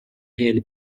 réel